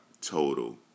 total